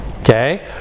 okay